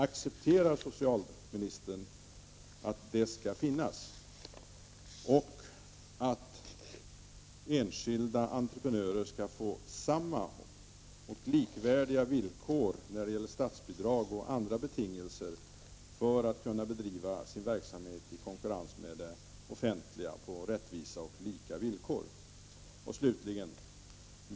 Accepterar socialministern att ett sådant utbud skall finnas och att enskilda entreprenörer skall få likvärdiga och rättvisa villkor när det gäller statsbidrag och andra betingelser för att kunna bedriva sin verksamhet i konkurrens med det offentliga?